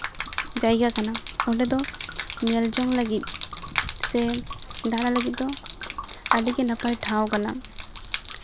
ᱡᱟᱭᱜᱟ ᱠᱟᱱᱟ ᱚᱸᱰᱮ ᱫᱚ ᱧᱮᱞ ᱡᱚᱝ ᱞᱟᱹᱜᱤᱫ ᱥᱮ ᱫᱟᱬᱟ ᱞᱟᱹᱜᱤᱫ ᱫᱚ ᱟᱹᱰᱤᱜᱮ ᱱᱟᱯᱟᱭ ᱴᱷᱟᱶ ᱠᱟᱱᱟ